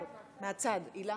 אבל מהצד, נכון?